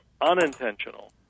unintentional